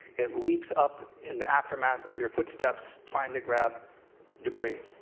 it leaps up in the aftermath of your footsteps trying to grab debris.